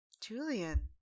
Julian